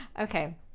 Okay